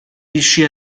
riuscì